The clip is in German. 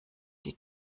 die